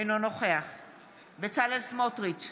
אינו נוכח בצלאל סמוטריץ'